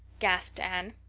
gasped anne.